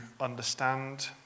understand